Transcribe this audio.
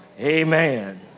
Amen